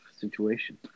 situation